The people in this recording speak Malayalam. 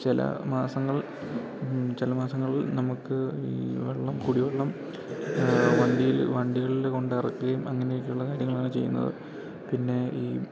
ചെല മാസങ്ങൾ ചെല മാസങ്ങളില് നമുക്ക് ഈ വെള്ളം കുടിവെള്ളം വണ്ടിയിൽ വണ്ടികളില് കൊണ്ടെറക്കയും അങ്ങനെയൊക്കെയുള്ള കാര്യങ്ങളാണ് ചെയ്യുന്നത് പിന്നെ ഈ